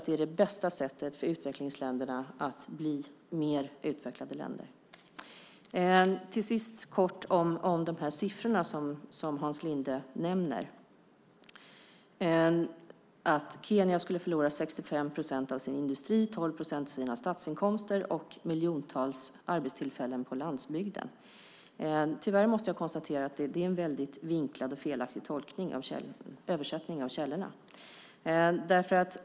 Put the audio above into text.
Det är det bästa sättet för utvecklingsländerna att bli mer utvecklade länder. Till sist vill jag kort ta upp de siffror som Hans Linde nämner. Han sade att Kenya skulle förlora 65 procent av sin industri, 12 procent av sina statsinkomster och miljontals arbetstillfällen på landsbygden. Tyvärr måste jag konstatera att det är en väldigt vinklad och felaktig tolkning och översättning av källorna.